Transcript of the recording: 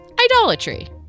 idolatry